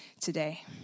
today